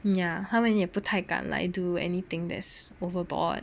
ya 他们也不敢太来 do anything that's overboard